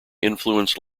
influenced